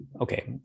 okay